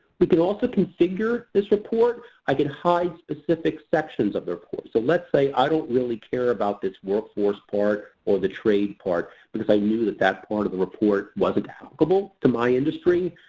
we can also configure this report i can hide specific sections of the report. so, let's say i don't really care about this workforce part, or the trade part, because i knew that that part of the report wasn't applicable to my industry.